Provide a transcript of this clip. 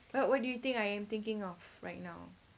what do you think I am thinking of right now